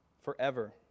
forever